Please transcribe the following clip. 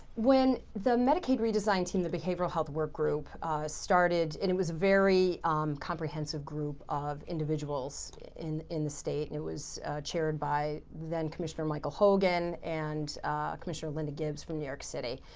when the medicaid redesign team, the behavioral health work group started, and it was a very comprehensive group of individuals in in the state. and it was chaired by then commissioner michael hogan and commissioner linda gibbs from new york city.